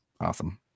Awesome